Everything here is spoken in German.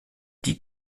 die